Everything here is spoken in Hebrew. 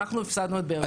הפסדנו את באר שבע.